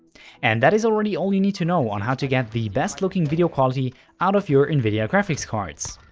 and that is already all you need to know on how to get the best looking video quality out of your nvidia graphics cards.